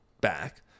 back